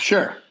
Sure